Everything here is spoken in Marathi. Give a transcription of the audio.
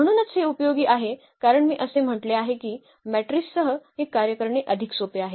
म्हणूनच हे उपयोगी आहे कारण मी असे म्हटले आहे की मेट्रिससह हे कार्य करणे अधिक सोपे आहे